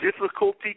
difficulty